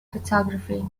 photography